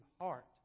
heart